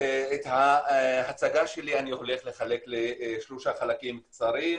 את ההצגה שלי אני הולך לחלק לשלושה חלקים קצרים.